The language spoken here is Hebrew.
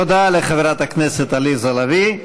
תודה לחברת הכנסת עליזה לביא.